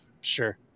Sure